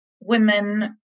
women